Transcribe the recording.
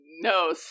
no